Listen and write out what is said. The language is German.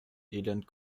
elend